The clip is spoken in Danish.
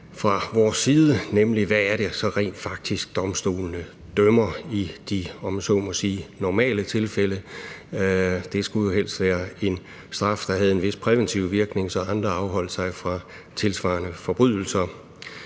fra vores side være: Hvad er det rent faktisk domstolene dømmer i de, om jeg så må sige, normale tilfælde? Det skulle jo helst være en straf, der har en vis præventiv virkning, så andre afholder sig fra tilsvarende forbrydelser.